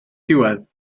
diwedd